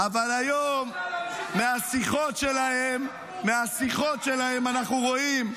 אבל היום, מהשיחות שלהם, אנחנו רואים.